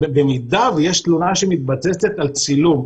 במידה שיש תלונה שמתבססת על צילום,